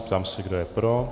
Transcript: Ptám se, kdo je pro?